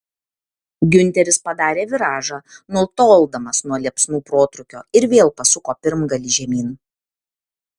giunteris padarė viražą nutoldamas nuo liepsnų protrūkio ir vėl pasuko pirmgalį žemyn